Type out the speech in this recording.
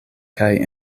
kaj